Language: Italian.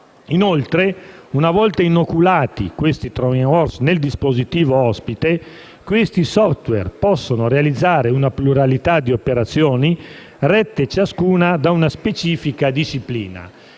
Inoltre, una volta inoculati i *trojan horse* nel dispositivo ospite, questi *software* possono realizzare una pluralità di operazioni, rette ciascuna da una specifica disciplina.